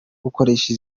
gukoresha